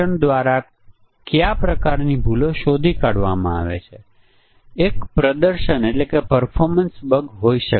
કેવી રીતે મને આ સંખ્યા મળી જે આ સાધન દ્વારા બનાવવામાં આવી છે અને વિવિધ સાધનો કદાચ આ માટે વિવિધ પ્રકારના પરીક્ષણના કેસો ઉત્પન્ન કરી શકે